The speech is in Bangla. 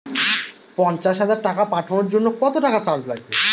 পণ্চাশ হাজার টাকা পাঠানোর জন্য কত টাকা চার্জ লাগবে?